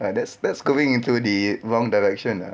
!wow! that's that's going into the wrong direction ah